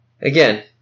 Again